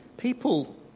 People